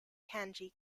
kanji